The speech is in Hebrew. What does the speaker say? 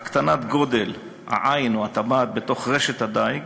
הקטנת גודל העין או הטבעת בתוך רשת הדיג